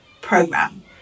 program